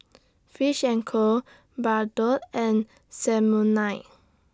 Fish and Co Bardot and Samsonite